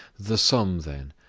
the sum, then,